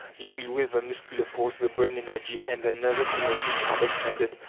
you will weigh the muscular force, the brain energy, and the nervous energy you have expended.